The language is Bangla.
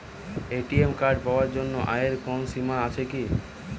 এ.টি.এম কার্ড পাওয়ার জন্য আয়ের কোনো সীমা আছে কি?